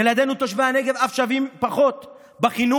ילדינו תושבי הנגב אף שווים פחות בחינוך,